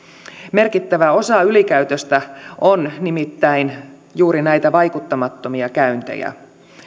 merkittävä osa ylikäytöstä on nimittäin juuri näitä vaikuttamattomia käyntejä